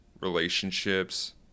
relationships